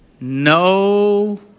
no